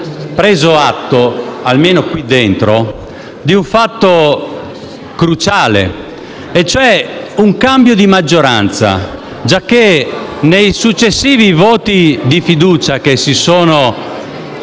preso atto, almeno qui dentro, di un fatto cruciale e cioè un cambio di maggioranza, giacché nei successivi voti di fiducia che si sono